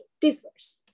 differs